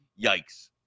yikes